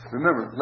Remember